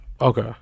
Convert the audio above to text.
Okay